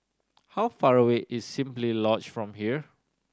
how far away is Simply Lodge from here